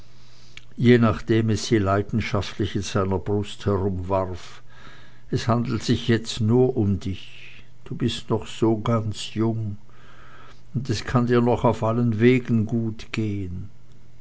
je nachdem es sie leidenschaftlich an seiner brust herumwarf es handelt sich jetzt nur um dich du bist noch so ganz jung und es kann dir noch auf allen wegen gut gehen